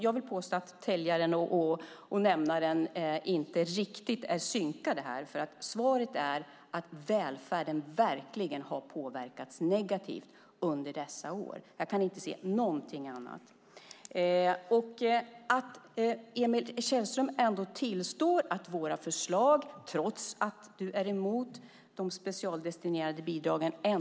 Jag vill påstå att täljaren och nämnaren inte riktigt är synkade, för svaret är att välfärden verkligen har påverkats negativt under dessa år. Jag kan inte se någonting annat. Emil Källström tillstår ändå att våra förslag är bra, trots att du är emot de specialdestinerade bidragen.